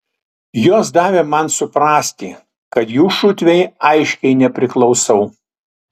jos davė man suprasti kad jų šutvei aiškiai nepriklausau